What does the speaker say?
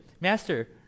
Master